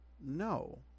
No